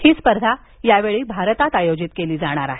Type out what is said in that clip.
ही स्पर्धा भारतात आयोजित केली जाणार आहे